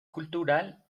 cultural